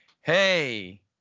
hey